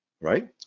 right